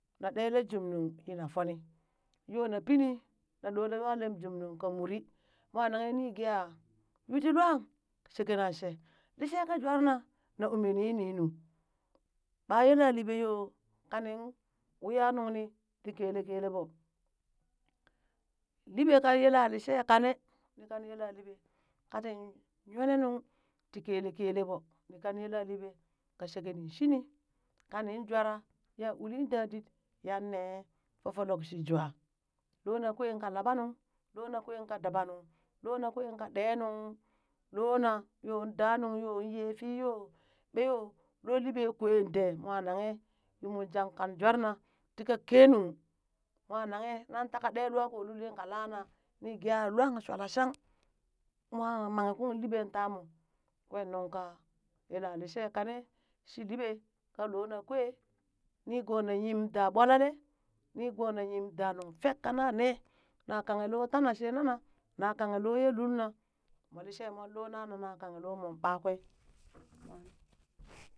Na ɗelee junnung yina fooni, yoo na pini na ɗoree nwa lem jumnung ka muri, mwa nanghe nii gee aa yuu tii lwaan sheke nan shee, liishee kan jwar na na ume nininu, ɓaa yela liɓee yo kanin wiya nunin ti kelekele ɓoo, liɓee kaa yalalishee kane, ni kan yelaliɓe katin yole nuŋ tii keleekelee ɓoo, nii kang yilla liɓee ka sheke nin shinii, kaa nin jwanaa ya ulin dadit yanee fofolok shii jwaa, loo na kwee ka laɓanung loo na kwee ka dabanung loo na kwee ka ɗee nung loona, yoon daa nung yoon yee fii yoo, ɓee yoo loo liɓee kween dee, mwa nanghe yuu mungjan kan jware ti ka kenung moo naghe nan taka ɗee lwaa koo lulin ka lana ni gee aa luang shwala shang mwa manghe ung liɓeen tamoo kwee nuŋ ka yelalishee ka ne shi liɓee, ka loona kwee, niigoo na yim daa ɓwalale nigoo na yim daa nuŋ fek kananee, na kanghe loo tana shee nana, na kanghe loo yee lulna moon lishee mo loo nana na kanghe loo mong ɓakwee.